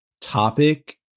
Topic